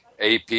AP